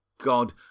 God